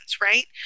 right